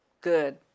Good